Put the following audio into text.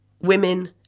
women